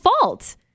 fault